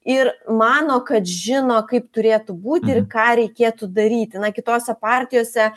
ir mano kad žino kaip turėtų būti ir ką reikėtų daryti na kitose partijose